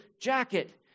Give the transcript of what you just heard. jacket